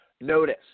notice